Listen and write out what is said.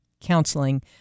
counseling